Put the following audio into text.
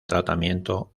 tratamiento